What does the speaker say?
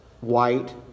white